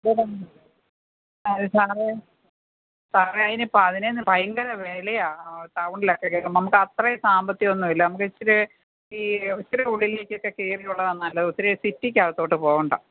വേണം അത് sir sir അതിന് ഭയങ്കര വിലയാണ് ടൗണിലൊക്കെ കേൾക്കുന്നത് നമുക്ക് അത്രയും സാമ്പത്തികം ഒന്നുമില്ല നമ്മൾക്ക് ഇച്ചിരി ഈ ഒത്തിരി ഉള്ളിലേക്കൊക്കെ കയറി ഉള്ളതാണ് നല്ലത് ഒത്തിരി സിറ്റിക്ക് അകത്തോട്ട് പോവേണ്ട